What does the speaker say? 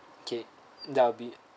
okay that will be